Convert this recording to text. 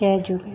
जय झूले